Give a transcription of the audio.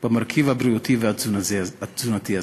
במרכיב הבריאותי והתזונתי הזה.